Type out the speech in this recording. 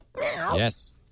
Yes